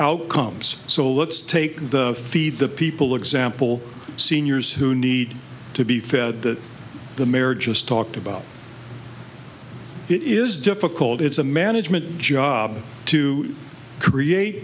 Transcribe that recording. outcomes so let's take the feed the people example seniors who need to be fed that the mayor just talked about it is difficult it's a management job to create